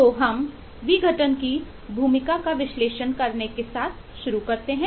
तो हम विघटन की भूमिका का विश्लेषण करने के साथ शुरू करते हैं